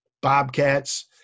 bobcats